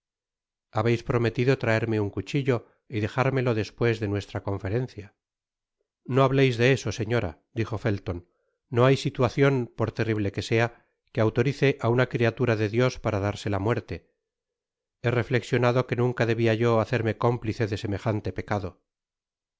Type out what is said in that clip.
habeis prometido traerme un cuchillo y dejármelo despues de nuestra conferencia no hableis de eso señora dijo felton no hay situacion por terrible que sea que autorice á una criatura de dios para darse la muerte he reflexionado que nunca debia yo hacerme cómplice de semejante pecado